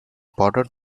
bordered